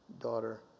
daughter